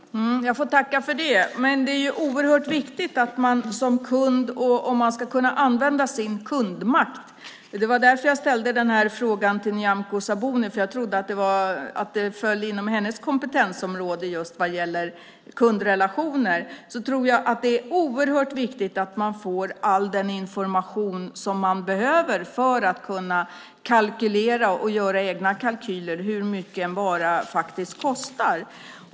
Fru talman! Jag får tacka för det. Men för att som kund kunna använda sin kundmakt - det var därför jag ställde min interpellation till Nyamko Sabuni; jag trodde att kundrelationer föll under hennes kompetensområde - är det, tror jag, oerhört viktigt att få all den information som behövs för att kunna göra egna kalkyler över hur mycket en vara faktiskt kostar.